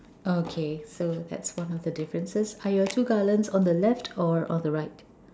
okay so that's one of the differences are your two columns on the left or on the right